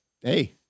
Hey